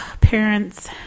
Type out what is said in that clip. Parents